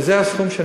וזה הסכום,